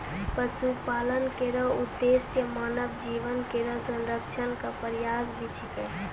पशुपालन केरो उद्देश्य मानव जीवन केरो संरक्षण क प्रयास भी छिकै